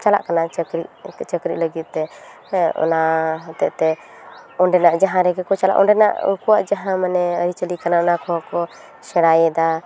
ᱪᱟᱞᱟᱜ ᱠᱟᱱᱟ ᱪᱟᱹᱠᱨᱤᱜ ᱪᱟᱹᱠᱨᱤᱜ ᱞᱟᱹᱜᱤᱫ ᱛᱮ ᱦᱮᱸ ᱚᱱᱟ ᱦᱚᱛᱮᱫ ᱛᱮ ᱚᱸᱰᱮᱱᱟᱜ ᱡᱟᱦᱟᱸ ᱨᱮᱜᱮ ᱠᱚ ᱪᱟᱞᱟᱜ ᱚᱸᱰᱮᱱᱟᱜ ᱩᱱᱠᱩᱣᱟᱜ ᱡᱟᱦᱟᱸ ᱢᱟᱱᱮ ᱟᱹᱨᱤ ᱪᱟᱹᱞᱤ ᱠᱟᱱᱟ ᱚᱱᱟ ᱠᱚᱦᱚᱸ ᱠᱚ ᱥᱮᱬᱟᱭᱮᱫᱟ